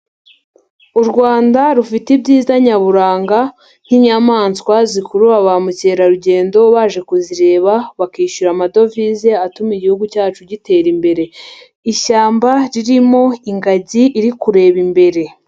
U Rwanda rufite ibyiza nyaburanga nk'inyamaswa zikurura ba mukerarugendo baje kuzireba bakishyura amadovize atuma igihugu cyacu gitera imbere, ishyamba ririmo ingagi iri kureba imbere.